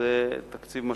וזה תקציב משמעותי,